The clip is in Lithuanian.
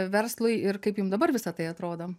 verslui ir kaip jum dabar visa tai atrodo